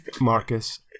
Marcus